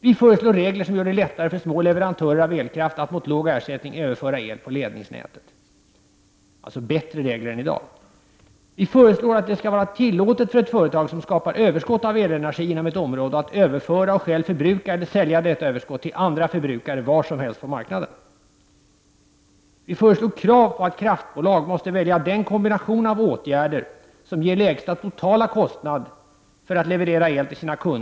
Vi föreslår regler som gör det lättare för små leverantörer av elkraft att mot låg ersättning överföra el på ledningsnätet. Det skall alltså vara bättre regler än de som finns i dag. Vi föreslår att det skall vara tillåtet för ett företag som skapar överskott av elenergi inom ett område att överföra och själv förbruka eller sälja detta överskott till andra förbrukare var som helst på marknaden. Vi föreslår krav på att kraftbolag måste välja den kombination av åtgärder som ger lägsta totala kostnad för leverans av el till kunderna.